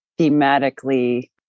thematically